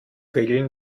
regeln